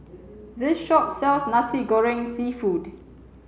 this shop sells Nasi Goreng Seafood